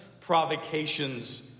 provocations